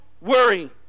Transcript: worry